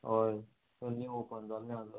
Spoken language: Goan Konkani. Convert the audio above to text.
हय तो न्यू ऑपन जाल्ले आल्हो